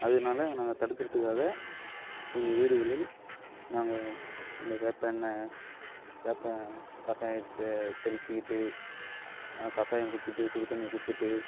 அதனால நாங்கள் தடுக்கிறதுக்காக எங்கள் வீடுகளில் நாங்கள் அந்த வேப்பெண்ணய் வேப்ப கஷாயம் தெ தெளிச்சுகிட்டு கஷாயம் குடிச்சுட்டு சுடு தண்ணியை குடிச்சுட்டு